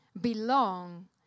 belong